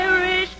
Irish